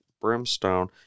brimstone